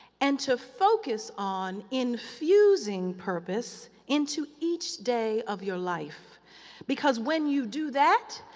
and to focus on infusing purpose into each day of your life because when you do that,